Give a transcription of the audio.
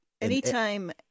Anytime